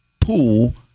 pool